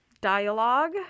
dialogue